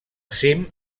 cim